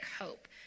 hope